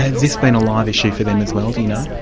has this been a live issue for them as well do you know?